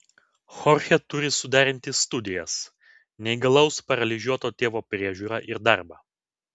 chorchė turi suderinti studijas neįgalaus paralyžiuoto tėvo priežiūrą ir darbą